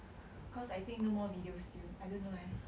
cause I think no more videos still I don't know eh